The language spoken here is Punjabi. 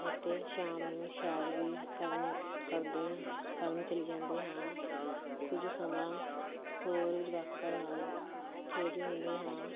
ਅਤੇ ਸ਼ਾਮ ਨੂੰ ਸੈਰ ਵੀ ਕਰਨ ਕਰਦੇ ਕਰਨ ਚਲੇ ਜਾਂਦੇ ਹਾਂ ਕੁਝ ਸਮਾਂ ਹੋਰ ਜਵਾਕਾਂ ਨਾਲ ਖੇਡ ਲੈਂਦੇ ਹਾਂ